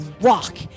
rock